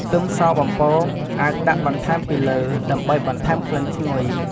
ខ្ទឹមសបំពងអាចដាក់បន្ថែមពីលើ ដើម្បីបន្ថែមក្លិនឈ្ងុយ។